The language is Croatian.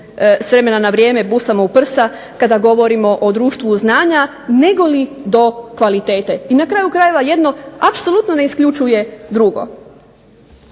s vremena na vrijeme busamo u prsa kada govorimo o društvu znanje negoli do kvalitete. I na kraju krajeva jedno apsolutno ne isključuje drugo.